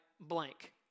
blank